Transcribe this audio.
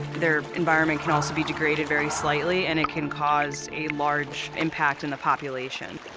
their environment can also be degraded very slightly and it can cause a large impact in the population.